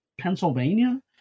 pennsylvania